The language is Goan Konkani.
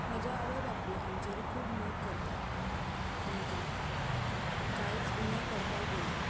म्हजो आवय बापूय आमचेर खूब मोग करता आमकां कांयच उणें पडपाक दिना